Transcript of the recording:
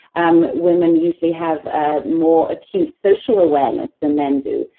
um women usually have ah more acute social awareness than men do,